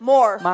More